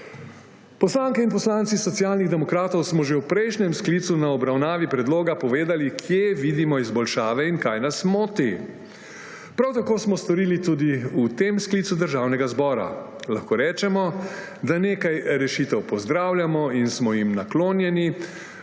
Poslanke in poslanci Socialnih demokratov smo že v prejšnjem sklicu na obravnavi predloga povedali, kje vidimo izboljšave in kaj nas moti. Prav tako smo storili tudi v tem sklicu Državnega zbora. Lahko rečemo, da nekaj rešitev pozdravljamo in smo jim naklonjeni,